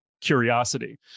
curiosity